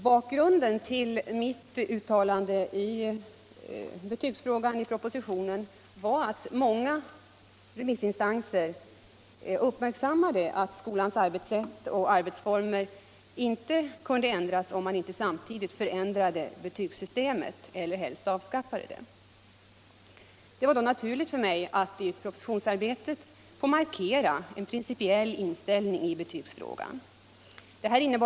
Bakgrunden till mitt uttalande i betygsfrågan i propositionen var att många remissinstanser uppmärksammade att skolans arbetssätt och arbetsformer inte kunde ändras om man inte samtidigt förändrade betygssystemet eller helst avskaffade betygen. Det var då naturligt för mig att i propositionsarbetet markera en principiell inställning i betygsfrågan.